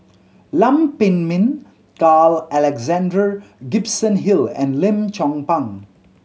Lam Pin Min Carl Alexander Gibson Hill and Lim Chong Pang